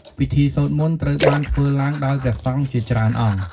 ពិធីសូត្រមន្តត្រូវបានធ្វើឡើងដោយព្រះសង្ឃជាច្រើនអង្គ។